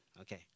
Okay